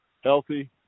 healthy